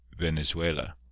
Venezuela